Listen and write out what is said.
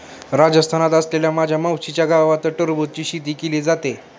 राजस्थानात असलेल्या माझ्या मावशीच्या गावात टरबूजची शेती केली जाते